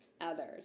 others